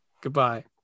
Goodbye